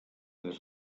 des